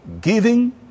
giving